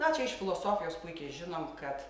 na čia iš filosofijos puikiai žinom kad